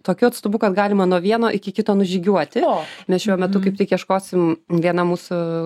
tokiu atstumu kad galima nuo vieno iki kito nužygiuoti mes šiuo metu kaip tik ieškosim viena mūsų